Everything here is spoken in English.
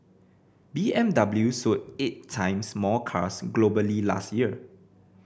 B M W sold eight times more cars globally last year